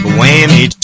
whammy